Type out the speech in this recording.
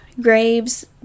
graves